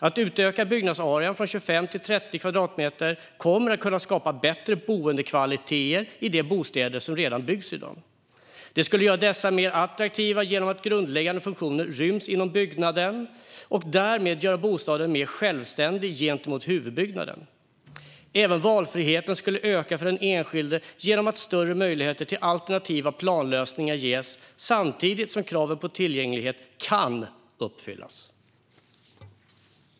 Att utöka byggnadsarean från 25 till 30 kvadratmeter kommer att kunna skapa bättre boendekvaliteter i de bostäder som redan i dag byggs. Det skulle göra dessa mer attraktiva genom att grundläggande funktioner ryms inom byggnaden och därmed göra bostaden mer självständig gentemot huvudbyggnaden. Även valfriheten skulle öka för den enskilde genom att större möjligheter till alternativa planlösningar ges, samtidigt som kraven på tillgänglighet kan uppfyllas.